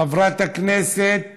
חברת הכנסת